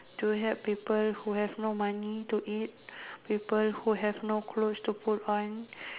to help people who have no money to eat people who have no clothes to put on